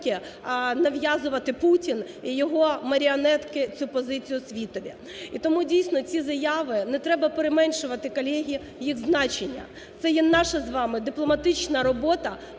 нав'язувати Путін і його маріонетки цю позицію світові. І тому дійсно ці заяви не треба переменшувати, колеги, їх значення. Це є наша з вами дипломатична робота